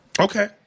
Okay